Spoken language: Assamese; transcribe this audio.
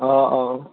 অঁ অঁ